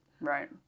Right